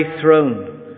throne